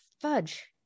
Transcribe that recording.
fudge